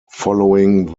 following